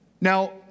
Now